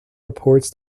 reports